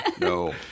No